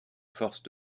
forces